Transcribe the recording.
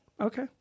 Okay